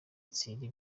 thierry